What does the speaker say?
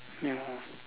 ya